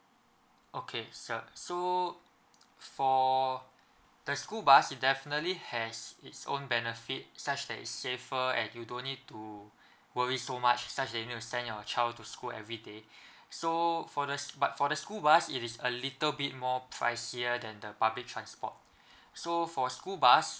okay sir so for the school bus you definitely has its own benefit such that it safer and you don't need to worry so much such as that send your child to school every day so for the but for the school bus it is a little bit more pricier than the public transport so for school bus